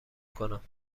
کنم